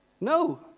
No